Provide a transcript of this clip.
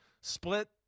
Split